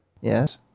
Yes